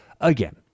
again